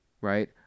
right